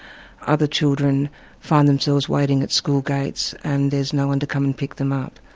other children find themselves waiting at school gates, and there's no-one to come and pick them up.